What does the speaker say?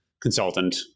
consultant